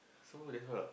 so that's all ah